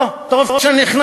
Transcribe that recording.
או, טוב שנכנסת.